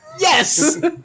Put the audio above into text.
Yes